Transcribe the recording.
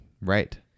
Right